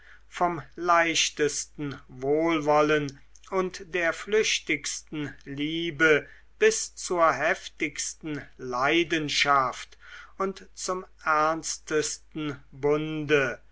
vom leichtesten wohlwollen und der flüchtigsten liebe bis zur heftigsten leidenschaft und zum ernstesten bunde